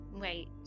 Wait